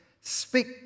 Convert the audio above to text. speak